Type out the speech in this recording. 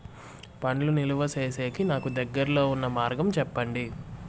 పండ్లు నిలువ సేసేకి నాకు దగ్గర్లో ఉన్న మార్గం చెప్పండి?